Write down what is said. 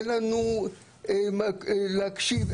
אין לנו גורם שמקשיב,